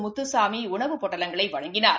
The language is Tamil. முத்துசாமிஉணவுப் பொட்டலங்களைவழங்கினார்